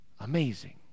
Amazing